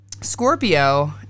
Scorpio